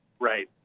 Right